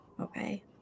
Okay